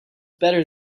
better